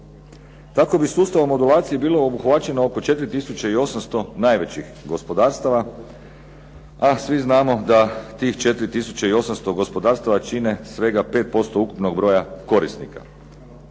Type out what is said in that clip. Tako bi sustavom modulacije bilo obuhvaćeno oko 4800 najvećih gospodarstava a svi znamo da tih 4800 gospodarstava čine svega ukupno 5% ukupnog broja korisnika.